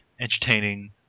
entertaining